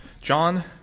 John